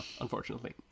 unfortunately